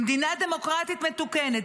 במדינה דמוקרטית מתוקנת,